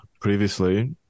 previously